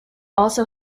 also